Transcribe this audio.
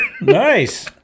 nice